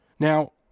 Now